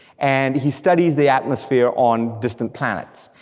and he studies the atmosphere on distant planets.